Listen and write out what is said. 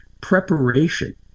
preparation